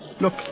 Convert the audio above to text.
Look